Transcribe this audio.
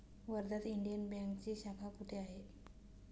वर्ध्यात इंडियन बँकेची शाखा कुठे आहे?